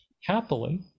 Happily